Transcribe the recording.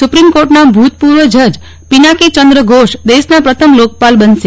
supreme કોર્ટના ભૂતપૂર્વ જજ પીનાકીચંદ્ર ઘોષ દેશના પ્રથમ લોકપાલ બનશે